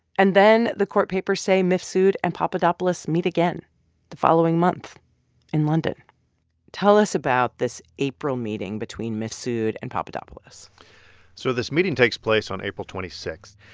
and then the court papers say mifsud and papadopoulos meet again the following month in london tell us about this april meeting between mifsud and papadopoulos so this meeting takes place on april twenty six.